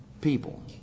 people